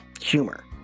humor